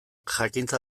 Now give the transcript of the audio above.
jakintza